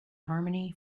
harmony